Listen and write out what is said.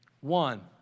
One